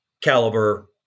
caliber